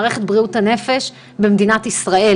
עמיתים לבריאות הנפש, נמצאת איתנו ענבר